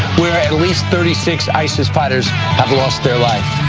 where at least thirty six isis fighters have lost their life.